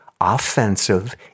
offensive